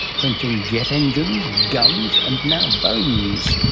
printing jet engines, guns, and now bones.